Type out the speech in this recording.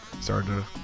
Started